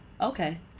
okay